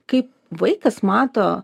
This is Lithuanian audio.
kaip vaikas mato